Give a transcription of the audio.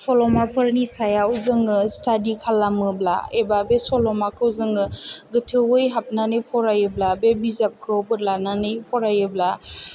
सल'माफोरनि सायाव जोङो स्टादि खालामोब्ला एबा बे सल'माखौ जोङो गोथौवै हाबनानै फरायोब्ला बे बिजाबखौ बोदलानानै फरायोब्ला